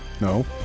No